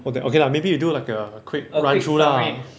okay okay lah maybe you do like a quick run-through lah